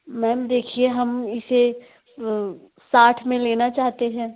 ma'am देखिए हम इसे साठ में लेना चाहते हैं